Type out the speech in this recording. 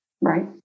Right